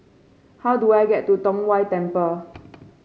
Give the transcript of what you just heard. how do I get to Tong Whye Temple